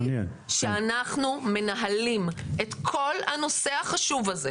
כשאנחנו מנהלים את כל הנושא החשוב הזה,